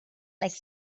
like